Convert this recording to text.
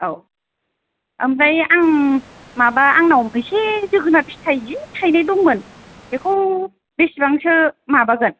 औ आमफ्राय आं माबा आंनाव एसे जोगोनार फिथाय जि थाइनाय दंमोन बेखौ बेसेबांसो माबागोन